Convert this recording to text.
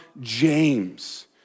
James